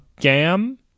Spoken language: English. gam